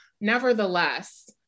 Nevertheless